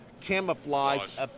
camouflage